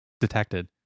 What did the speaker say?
detected